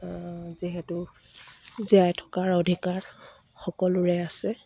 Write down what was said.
যিহেতু জীয়াই থকাৰ অধিকাৰ সকলোৰে আছে